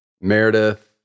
Meredith